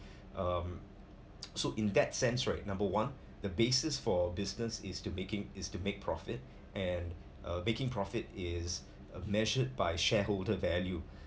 um so in that sense right number one the basis for business is to making is to make profit and um making profit is uh measured by shareholder value